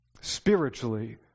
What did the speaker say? spiritually